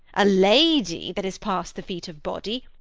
a lady that is past the feat of body,